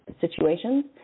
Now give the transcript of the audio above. situations